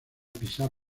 pisar